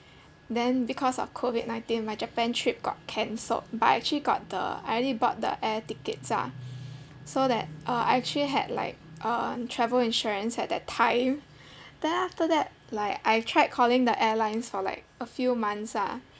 then because of COVID nineteen my japan trip got cancelled but I actually got the I already bought the air tickets ah so that uh I actually had like uh travel insurance at that time then after that like I tried calling the airlines for like a few months ah